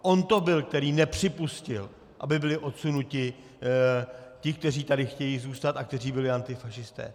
On to byl, který nepřipustil, aby byli odsunuti ti, kteří tady chtějí zůstat a kteří byli antifašisté.